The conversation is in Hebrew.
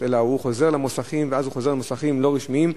אלא הוא חוזר למוסכים ואז הוא חוזר למוסכים לא רשמיים.